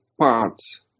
parts